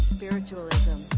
Spiritualism